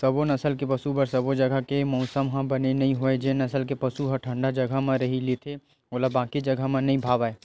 सबो नसल के पसु बर सबो जघा के मउसम ह बने नइ होवय जेन नसल के पसु ह ठंडा जघा म रही लेथे ओला बाकी जघा ह नइ भावय